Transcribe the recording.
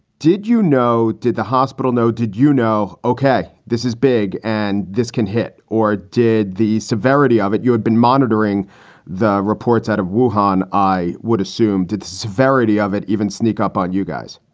did you know? did the hospital know? did you know? ok, this is big. and this can hit or did the severity of it. you had been monitoring the reports out of suhan. i would assume. did the severity of it even sneak up on you guys?